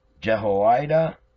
Jehoiada